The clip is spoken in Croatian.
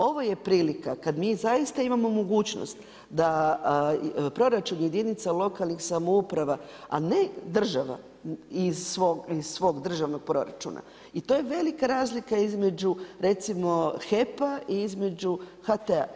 Ovo je prilika kad mi zaista imamo mogućnost da proračun jedinica lokalnih samouprava a ne država iz svog državnog proračuna, i to je velika razlika između recimo HEP-a i HT-a.